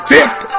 Fifth